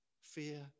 Fear